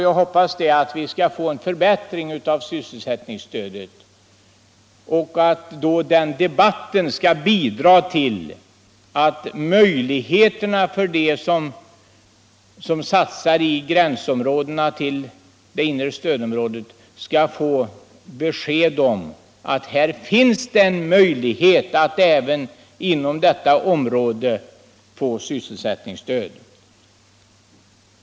Jag hoppas att vi skall få en förbättring av sysselsättningsstödet, och jag hoppas också att de som satsar i gränsområdena till det inre stödområdet nu skall få en bättre upplysning om att här finns det möjligheter att även inom det området få sysselsättningsstöd.